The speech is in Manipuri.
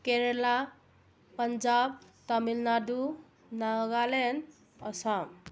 ꯀꯦꯔꯦꯂꯥ ꯄꯟꯖꯥꯕ ꯇꯥꯃꯤꯜꯅꯥꯗꯨ ꯅꯥꯒꯥꯂꯦꯟ ꯑꯁꯥꯝ